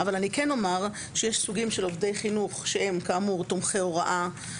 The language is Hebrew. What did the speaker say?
אבל אני כן אומר שיש סוגים של עובדי חינוך שהם כאמור תומכי הוראה,